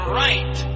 right